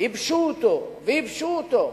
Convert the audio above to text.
ייבשו אותו וייבשו אותו.